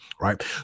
Right